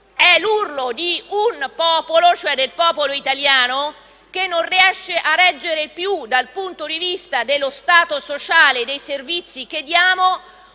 È l'urlo di un popolo, del popolo italiano, che non riesce a reggere più, dal punto di vista dello Stato sociale e dei servizi che diamo,